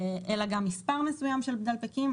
אלא גם מספר מסוים של דלפקים,